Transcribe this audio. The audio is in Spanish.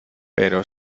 pero